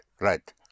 Right